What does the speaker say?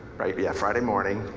right, yeah, friday morning.